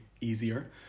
easier